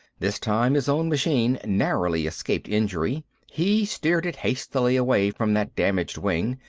this time his own machine narrowly escaped injury he steered it hastily away from that damaged wing.